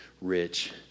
rich